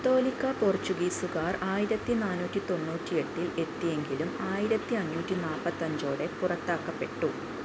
കത്തോലിക്കാ പോർച്ചുഗീസുകാർ ആയിരത്തി നാനൂറ്റി തൊണ്ണൂറ്റിയെട്ടിൽ എത്തിയെങ്കിലും ആയിരത്തിയഞ്ഞൂറ്റി നാൽപത്തഞ്ചോടെ പുറത്താക്കപ്പെട്ടു